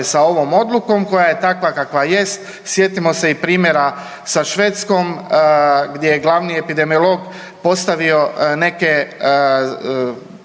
sa ovom odlukom koja je takva kakva jest. Sjetimo se i primjera sa Švedskom gdje je glavni epidemiolog postavio neke